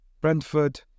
Brentford